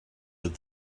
with